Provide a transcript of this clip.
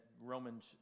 Romans